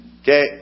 Okay